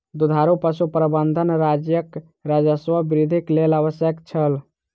दुधारू पशु प्रबंधन राज्यक राजस्व वृद्धिक लेल आवश्यक छल